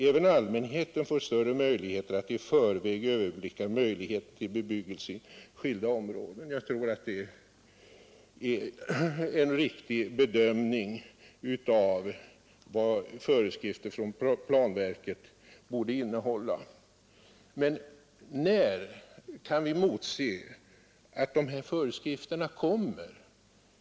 Även allmänheten får större förutsättningar att i förväg överblicka möjligheten till bebyggelse inom skilda områden.” Jag tror att det är en riktig bedömning av vad planverkets föreskrifter borde innehålla. Men när kan vi emotse att dessa föreskrifter kommer?